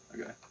Okay